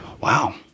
Wow